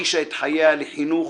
והקדישה את חייה לחינוך,